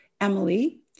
Emily